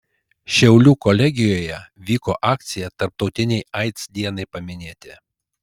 šiaulių kolegijoje vyko akcija tarptautinei aids dienai paminėti